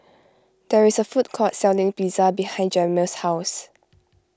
there is a food court selling pizza behind Jamil's house